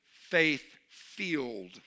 faith-filled